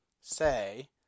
say